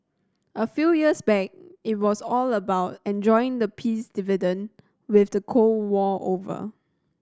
a few years back it was all about enjoying the peace dividend with the Cold War over